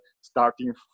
starting